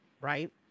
right